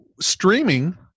Streaming